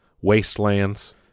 wastelands